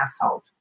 household